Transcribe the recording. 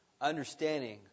understanding